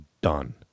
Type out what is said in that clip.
done